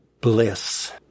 Bliss